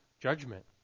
judgment